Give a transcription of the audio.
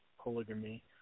polygamy